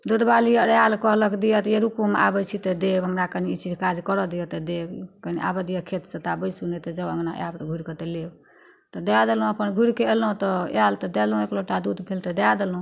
दुधबाली अर आयल कहलक दिए तऽ इएह रुकू हम आबै छी तऽ देब हमरा कनी ई चीज काज करऽ दिअ तऽ देब कनी आबऽ दिअ खेतसँ ता बैसू नहि तऽ जाउ अङ्गना आयब घुरिकऽ तऽ लेब तऽ दए देलहुँ अपन घुरिकऽ अयलहुँ तऽ आयल तऽ देलहुँ एक लोटा दूध भेल तऽ दए देलहुँ